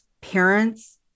parents